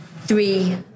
three